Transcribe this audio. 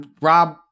Rob